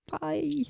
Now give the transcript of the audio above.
Bye